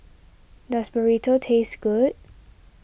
does Burrito taste good